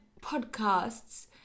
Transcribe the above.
podcasts